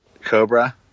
Cobra